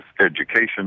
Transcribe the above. education